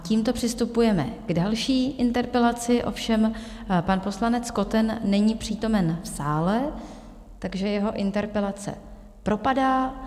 Tímto přistupujeme k další interpelaci, ovšem pan poslanec Koten není přítomen v sále, takže jeho interpelace propadá.